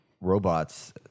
robots